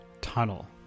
tunnel